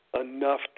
enough